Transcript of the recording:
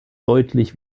deutlich